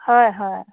হয় হয়